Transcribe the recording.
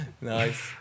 Nice